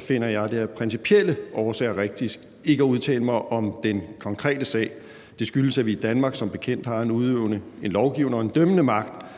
finder jeg det af principielle årsager rigtigst ikke at udtale mig om den konkrete sag. Det skyldes, at vi i Danmark som bekendt har en udøvende, en lovgivende og en dømmende magt,